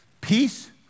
peace